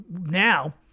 now